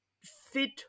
fit